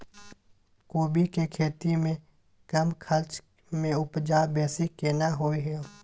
कोबी के खेती में कम खर्च में उपजा बेसी केना होय है?